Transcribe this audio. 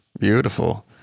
Beautiful